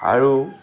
আৰু